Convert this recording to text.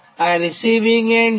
આ તરફ receiving end છે